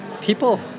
People